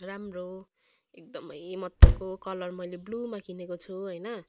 राम्रो एकदमै मजाको कलर मैले ब्लुमा किनेको छु होइन